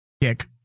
kick